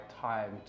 time